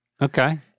Okay